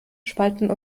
spalten